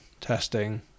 testing